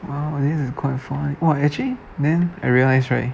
!wah! then quite fun !wah! actually then I realise right